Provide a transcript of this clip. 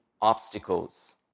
obstacles